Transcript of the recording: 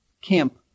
Camp